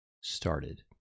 started